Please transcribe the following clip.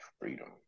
freedom